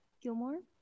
Gilmore